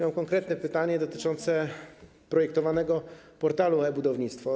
Mam konkretne pytanie dotyczące projektowanego portalu e-Budownictwo.